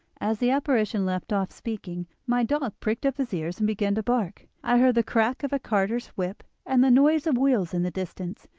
as the apparition left off speaking my dog pricked up his ears and began to bark. i heard the crack of a carter's whip and the noise of wheels in the distance,